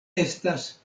estas